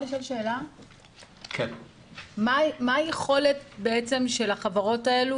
מה היכולת של החברות האלה,